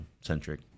centric